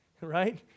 right